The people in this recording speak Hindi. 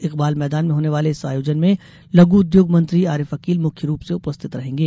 इकबाल मैदान में होने वाले इस आयोजन में लघु उद्योग मंत्री आरिफ अकील मुख्य रूप से उपस्थित रहेंगे